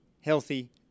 healthy